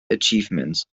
achievements